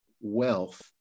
wealth